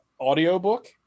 audiobook